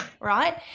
right